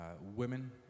Women